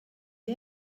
you